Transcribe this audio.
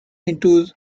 into